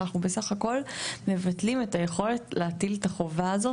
אנחנו בסך הכול מבטלים את היכולת להטיל את החובה הזאת,